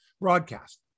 broadcast